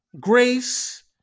Grace